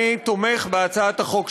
אני תומך בהצעת החוק שלכם,